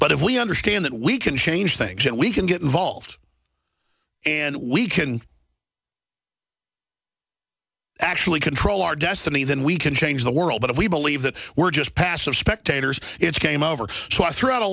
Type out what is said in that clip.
but if we understand that we can change things and we can get involved and we can actually control our destiny then we can change the world but if we believe that we're just passive spectators it's game over so i threw out a